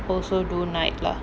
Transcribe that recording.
also do night lah